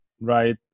right